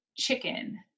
chicken